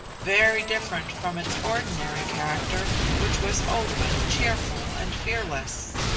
very different from its ordinary character, which was open, cheerful, and fearless.